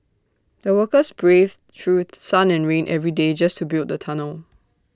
the workers braved through sun and rain every day just to build the tunnel